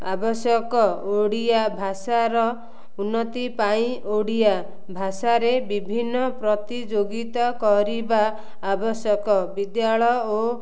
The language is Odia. ଆବଶ୍ୟକ ଓଡ଼ିଆ ଭାଷାର ଉନ୍ନତି ପାଇଁ ଓଡ଼ିଆ ଭାଷାରେ ବିଭିନ୍ନ ପ୍ରତିଯୋଗିତା କରିବା ଆବଶ୍ୟକ ବିଦ୍ୟାଳୟ ଓ